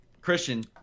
Christian